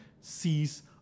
sees